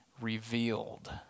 revealed